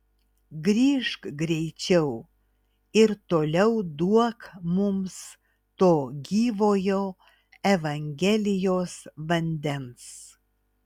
grįžk greičiau ir toliau duok mums to gyvojo evangelijos vandens